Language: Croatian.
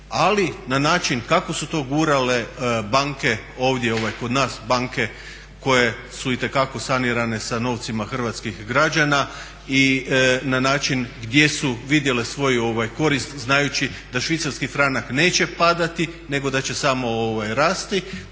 ali na način kako su to gurale banke ovdje kod nas banke koje su itekako sanirane sa novcima hrvatskih građana i na način gdje su vidjele svoju korist znajući da švicarski franak neće padati nego da će samo rasti